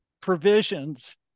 provisions